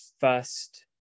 first